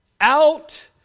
out